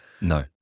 No